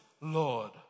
Lord